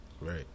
Right